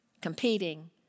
competing